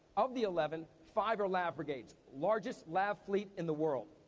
of the eleven, five are lav brigades. largest lav fleet in the world.